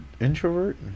introvert